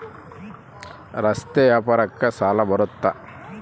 ರಸ್ತೆ ವ್ಯಾಪಾರಕ್ಕ ಸಾಲ ಬರುತ್ತಾ?